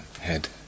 head